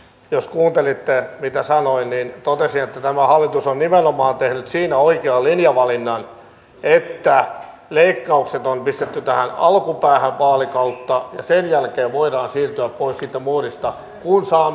jos kuuntelitte mitä sanoin niin totesin että tämä hallitus on nimenomaan tehnyt siinä oikean linjavalinnan että leikkaukset on pistetty tähän alkupäähän vaalikautta ja sen jälkeen voidaan siirtyä pois siitä moodista kun saamme